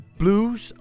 blues